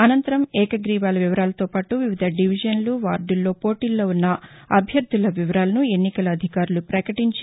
అసంతరం ఏకగ్గీవాల వివరాలతో పాటు వివిధ డివిజన్లు వార్దల్లో పోటీలో ఉన్న అభ్యర్థుల వివరాలను ఎన్నికల అధికారులు ప్రకటించి